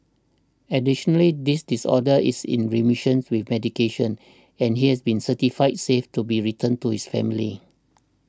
additionally this disorder is in remission with medication and he has been certified safe to be returned to his family